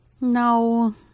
No